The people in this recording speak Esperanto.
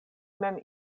mem